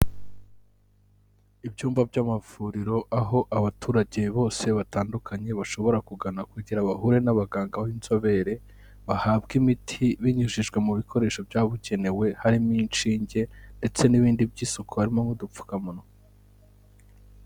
Ibyumba by'amavuriro aho abaturage bose batandukanye bashobora kugana kugira bahure n'abaganga b'inzobere bahabwe imiti binyujijwe mu bikoresho byabugenewe harimo inshinge ndetse n'ibindi by'isuku harimo nk'udupfukamunwa.